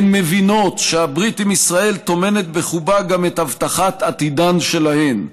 הן מבינות שהברית עם ישראל טומנת בחובה גם את הבטחת עתידן שלהן.